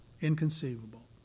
inconceivable